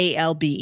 ALB